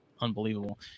unbelievable